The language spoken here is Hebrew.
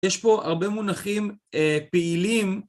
יש פה הרבה מונחים פעילים